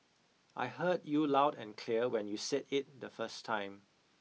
I heard you loud and clear when you said it the first time